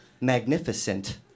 magnificent